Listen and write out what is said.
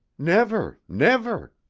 never never.